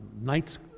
night's